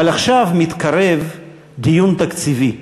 אבל עכשיו מתקרב דיון תקציבי,